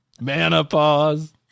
Menopause